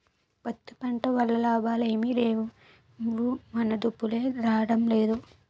పత్తి పంట వల్ల లాభాలేమి లేవుమదుపులే రాడంలేదు